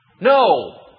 No